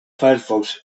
firefox